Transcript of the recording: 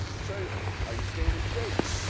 so are you staying in shape?